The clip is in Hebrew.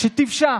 שתפשע